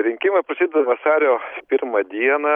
rinkimai prasideda vasario pirmą dieną